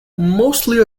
mostly